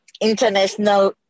international